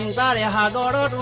and da da da da